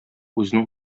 үзенең